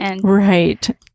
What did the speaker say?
Right